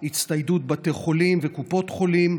הצטיידות בתי חולים וקופות חולים,